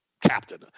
captain